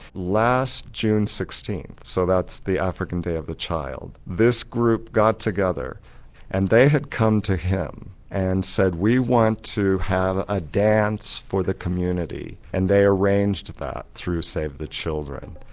last june sixteenth, so that's the african day of the child, this group got together and they had come to him and said, we want to have a dance for the community. and they arranged that through save the children.